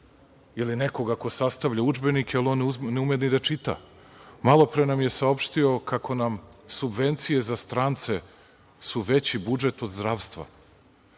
ili nekoga ko sastavlja udžbenike, jer on ne ume ni da čita. Malopre nam je saopštio kako su nam subvencije za strance veće od budžeta za zdravstvo.